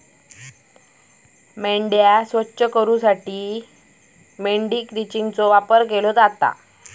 मेंढ्या स्वच्छ करूसाठी मेंढी क्रचिंगचो वापर केलो जाता